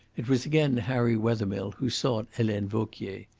it was again harry wethermill who sought helene vauquier.